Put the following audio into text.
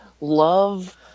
love